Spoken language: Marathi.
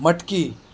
मटकी